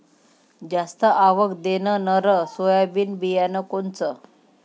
जास्त आवक देणनरं सोयाबीन बियानं कोनचं?